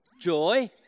joy